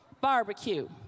barbecue